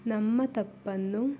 ನಮ್ಮ ತಪ್ಪನ್ನು